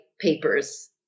papers